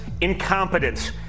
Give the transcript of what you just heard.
incompetence